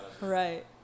right